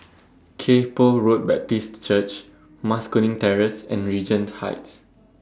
Kay Poh Road Baptist Church Mas Kuning Terrace and Regent Heights